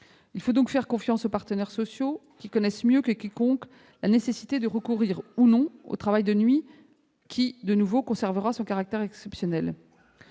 Il faut donc faire confiance aux partenaires sociaux, qui connaissent mieux que quiconque la nécessité de recourir ou non au travail de nuit, qui- j'insiste sur ce point -conservera son caractère exceptionnel.